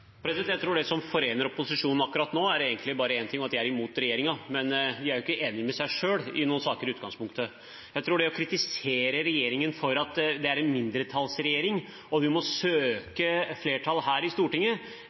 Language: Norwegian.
Jeg tror det som forener opposisjonen akkurat nå, egentlig bare er én ting, og det er at de er imot regjeringen. Men de er ikke enige med seg selv i noen saker, i utgangspunktet. Jeg tror at det å kritisere regjeringen for at det er en mindretallsregjering, og at den må søke flertall her i Stortinget,